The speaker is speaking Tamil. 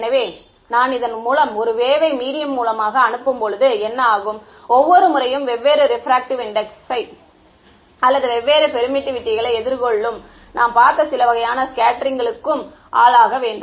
எனவே நான் இதன் மூலம் ஒரு வேவ் வை மீடியம் மூலமாக அனுப்பும்போது என்ன ஆகும் ஒவ்வொரு முறையும் வெவ்வேறு ரெபிரக்ட்டிவ் இண்டெக்ஸை அல்லது வெவ்வேறு பெர்மிட்டிவிட்டிகளை எதிர்கொள்ளும் நாம் பார்த்த சில வகையான ஸ்கெட்டெரிங்களுக்கும ஆளாக வேண்டும்